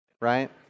right